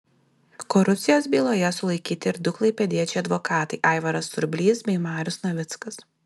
korupcijos byloje sulaikyti ir du klaipėdiečiai advokatai aivaras surblys bei marius navickas